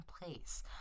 place